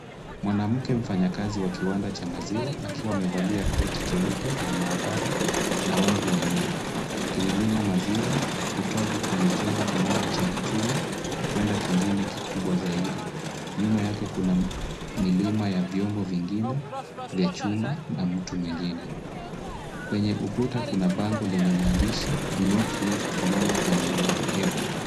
Mwanamke mfanyakazi wa kiwanda cha maziwa akiwa amevalia koti jeupe la maabara na wavu wa nywele, akimimina maziwa kutoka kwenye chombo kimoja cha chuma kwenda kingine kikubwa zaidi. Nyuma yake kuna milima ya vyombo vingine vya chuma na mtu mwingine. Kwenye ukuta kuna bango lenye maandishi do not lift more than you are able .